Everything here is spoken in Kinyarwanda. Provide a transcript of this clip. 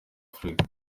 africa